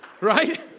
Right